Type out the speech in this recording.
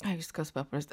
ai viskas paprasta